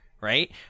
right